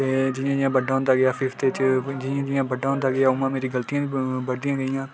ते जि'यां जि'यां बड्डा होंदा गेआ फिफ्थ च ते अं'ऊ जि'यां बड्डा होंदा गेआ मेरियां गलतियां बी बधदी गेइयां